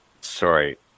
sorry